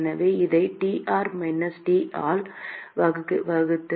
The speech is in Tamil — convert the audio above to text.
எனவே இதை Tr மைனஸ் Ts ஆல் வகுத்து